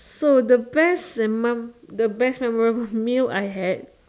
so the best memo the best memorable meal I had